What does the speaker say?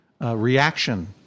reaction